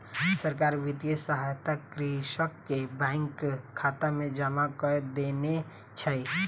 सरकार वित्तीय सहायता कृषक के बैंक खाता में जमा कय देने छै